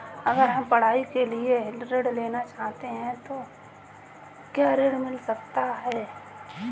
अगर हम पढ़ाई के लिए ऋण लेना चाहते हैं तो क्या ऋण मिल सकता है?